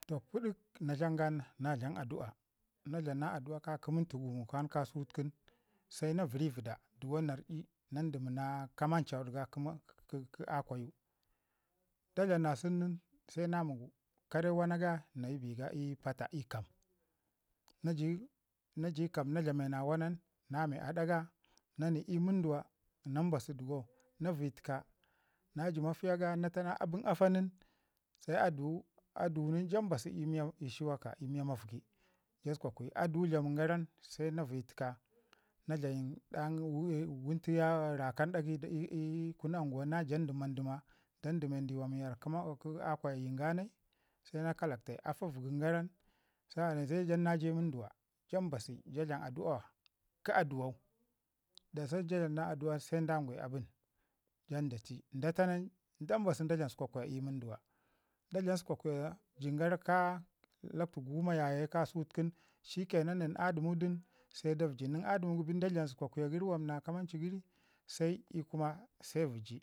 Toh pədək na tlan ga nin na dum adu'a, na dlam na du'a ka ki minti gumu kwan ka su kin, se na vəri vəda nar'i nan dimi na kamanchud kə akwayu. Da dlam na sun nin se na mi kare wana ga nayi bi ga i pata ikam. Na ji kaam na dlume na wunan nin na me aɗa ga na ni ii muduwa nan mbasu ɗigo na viyi təka naji mafiya ga na tana abən afa nin se aduwu nin aduwu ja mbasi i shi woka ii miya maugi se aduwau tlamin gara nin se na vəyi təka na dlam rakan ɗagai ii kunu anguwa na jak dəma dəma dan dəmai ndiwa wara kə akwayayin ga nai, se na kalaktai afa vəgin gara n shikke nan se jan na ja ii munduwa ja mbasi ja dlam adu'a kə aduwau, da sun ja dlam na adu'an se dna gwai a bən jan ja ci da ta nin se ja dlam sukwakwiya ii munduwa ja dlam sukwakwiya jin gara ka lakwtu guma yaye ka. Sutu ku nin, shikkenan nən a dəmudu nin se da vəji nin adumugu bin se da dlam sukwakwiya gəri wam na kaman ii gəri se ii kuma se vəji.